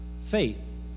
faith